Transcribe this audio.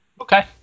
Okay